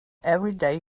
everyday